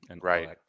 Right